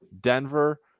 Denver